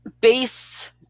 base